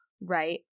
right